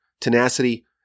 tenacity